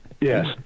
Yes